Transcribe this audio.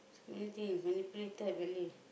many things is manipulated already